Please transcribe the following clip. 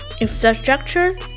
infrastructure